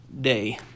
day